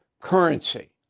currency